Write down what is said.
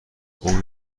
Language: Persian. اون